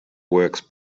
works